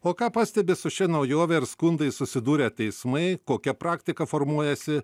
o ką pastebi su šia naujove ir skundais susidūrę teismai kokia praktika formuojasi